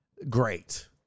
Great